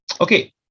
okay